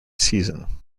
season